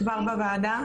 שבע שנים.